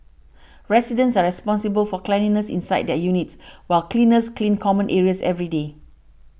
residents are responsible for cleanliness inside their units while cleaners clean common areas every day